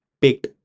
picked